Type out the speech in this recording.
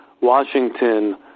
Washington